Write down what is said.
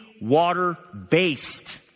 water-based